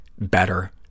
better